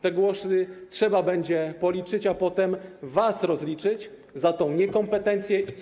Te głosy trzeba będzie policzyć, a potem was rozliczyć za tę niekompetencję.